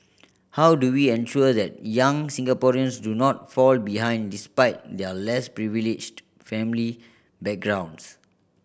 how do we ensure that young Singaporeans do not fall behind despite their less privileged family backgrounds